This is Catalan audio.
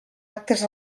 actes